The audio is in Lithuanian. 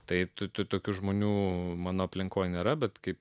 tai tu tokių žmonių mano aplinkoje nėra bet kaip